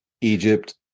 egypt